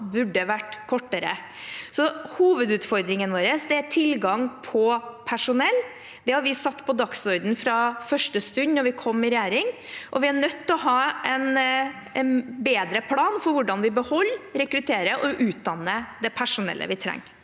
også burde vært kortere. Hovedutfordringen vår er tilgang på personell. Det har vi satt på dagsordenen fra første stund, da vi kom i regjering, og vi er nødt til å ha en bedre plan for hvordan vi beholder, rekrutterer og utdanner det personellet vi trenger.